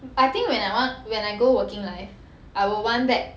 I think when I want when I go working life I would want back